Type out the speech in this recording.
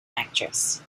actress